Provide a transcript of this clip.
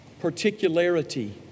particularity